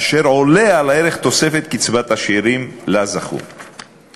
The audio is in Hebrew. אשר עולה על ערך תוספת קצבת השאירים שזכו לה.